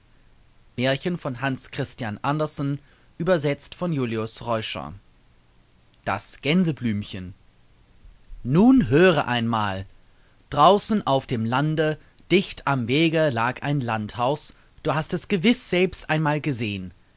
das gänseblümchen nun höre einmal draußen auf dem lande dicht am wege lag ein landhaus du hast es gewiß selbst einmal gesehen